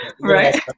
right